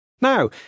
Now